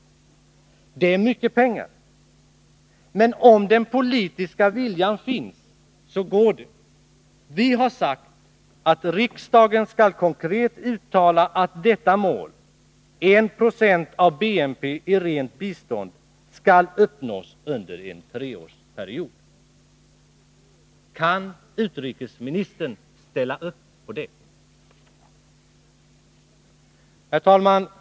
Det är mycket pengar. Men om den politiska viljan finns, så går det. Vi har sagt, att riksdagen skall konkret uttala att detta mål, 1 26 av BNP i rent bistånd, skall uppnås under en treårsperiod. Kan utrikesministern ställa upp på det? Herr talman!